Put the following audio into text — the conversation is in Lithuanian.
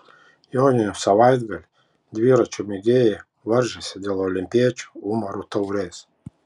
joninių savaitgalį dviračių mėgėjai varžėsi dėl olimpiečių umarų taurės